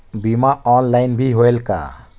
बीमा ऑनलाइन भी होयल का?